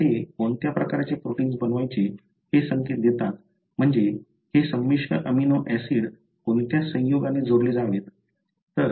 कारण ते कोणत्या प्रकारचे प्रोटिन्स बनवायचे हे संकेत देतात म्हणजे हे संमिश्र अमीनो ऍसिड कोणत्या संयोगाने जोडले जावेत